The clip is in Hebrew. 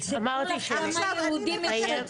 אני מבקשת